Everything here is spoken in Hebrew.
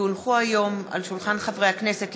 כי הונחו היום על שולחן הכנסת,